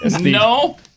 No